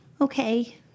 Okay